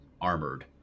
armored